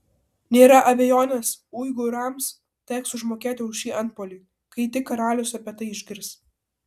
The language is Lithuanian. nėra abejonės uigūrams teks užmokėti už šį antpuolį kai tik karalius apie tai išgirs